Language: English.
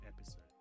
episode